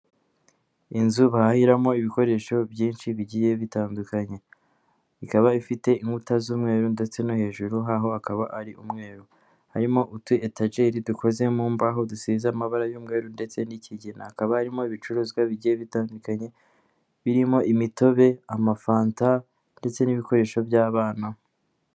Inzu bahiramo ibikoresho byinshi bigiye bitandukanye, ikaba ifite inkuta z'umweru ndetse no hejuru hakaba ari umweru, harimo utu etageri dukoze mu mbaho dusize amabara y'umweru ndetse n'ikigina, hakaba harimo ibicuruzwa bigiye bitandukanye birimo imitobe amafanta ndetse n'ibikoresho by'abana.